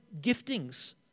giftings